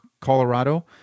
Colorado